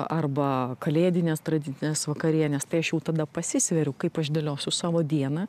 arba kalėdinės tradicinės vakarienės tai aš jau tada pasisveriu kaip aš dėliosiu savo dieną